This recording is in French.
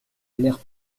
l’air